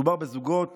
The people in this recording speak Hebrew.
מדובר בזוגות